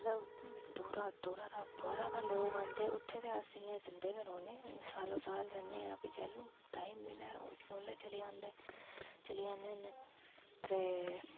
मतलब दूरां दूरां दा बाहरां दा लोग आंदे उत्थै ते अस इयां जंदे के रौह्ने सालो साल जन्ने फ्ही जैल्लूं टाइम मिलै ओल्ले चली जांदे चली जन्ने हुन्ने ते